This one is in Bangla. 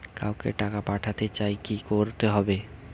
কাউকে টাকা পাঠাতে চাই কি করতে হবে?